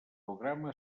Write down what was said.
programa